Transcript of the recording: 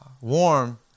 warm